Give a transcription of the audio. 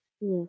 Yes